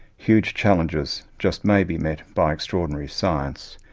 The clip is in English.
huge challenges just may be met by extraordinary science,